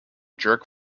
jerk